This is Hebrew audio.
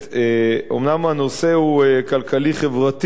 אומנם הנושא הוא כלכלי-חברתי,